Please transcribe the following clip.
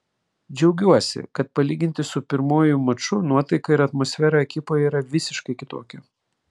džiaugiuosi kad palyginti su pirmuoju maču nuotaika ir atmosfera ekipoje yra visiškai kitokia